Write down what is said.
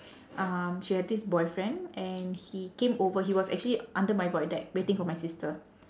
um she had this boyfriend and he came over he was actually under my void deck waiting for my sister